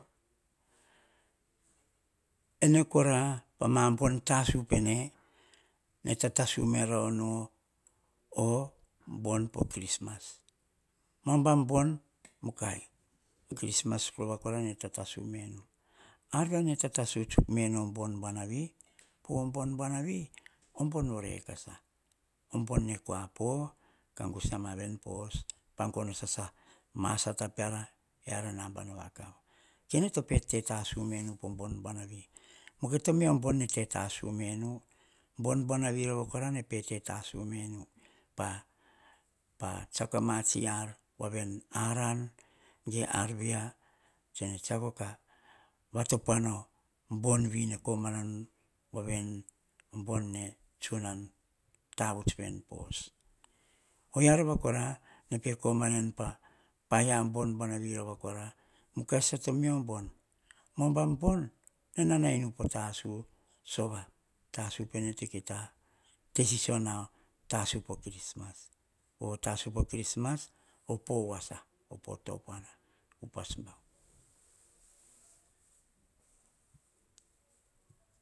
Ene kora, pama bo tasu pne. Ne tatasu meno bon po krisma. Po ubam bon, mukai. Krismas rova kora nene tatasu menu ar via, nene tatasu tsuk menu o bon buanavi? Po bon buanavi, obon vore kasa. Bon ne kua po, ka gusa ma ven po hos, pa gono sasa ma sata peara, a nabana vakau. Kene to pe te tasu menu po bon buanavi mukai to mio bo nene tetasu menu, pa tsiako a ma tsi arom. Ge ma tsi kain ar via, tse ne tsiako ka va topuana bon vi nene komanu voa veni, o bon ne tsunan tavuts veni po os. Oyia rova kora, nene pe komanai, pa paia bam buanavi kora, mukai sasa to mio bon, ubom bon nene namai nu po tasu, sova, tasu pene to kita te sisio na tasus po krismas. Pove tasu po krismas, vopo voasa votopuama.